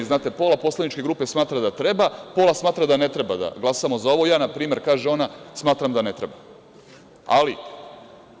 Znate, pola poslaničke grupe smatra da treba, pola smatra da ne treba da glasamo za ovo, ja na primer, smatram da ne treba, kaže ona.